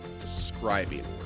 describing